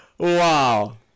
Wow